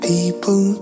People